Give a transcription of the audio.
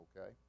okay